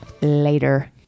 Later